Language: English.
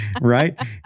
right